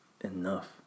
enough